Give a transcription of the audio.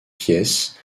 pièce